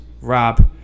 rob